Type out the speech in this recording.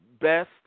best